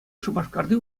шупашкарти